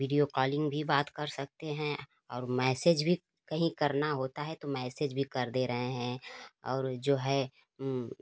video calling भी बात कर सकते हैं और मैसेज भी कहीं करना होता है तो मैसेज भी कर दे रहे हैं और जो है